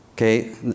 Okay